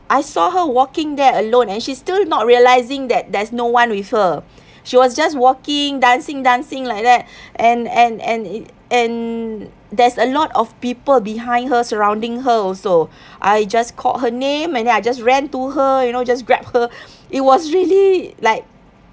I saw her walking there alone and she's still not realising that there's no one with her she was just walking dancing dancing like that and and and and there's a lot of people behind her surrounding her also I just called her name and then I just ran to her you know just grab her it was really like